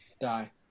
Die